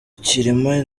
cyilima